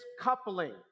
coupling